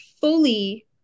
fully